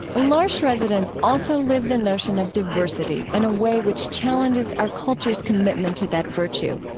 l'arche residents also live the notion of diversity in a way which challenges our culture's commitment to that virtue.